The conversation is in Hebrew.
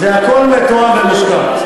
הכול מתואם בלשכה.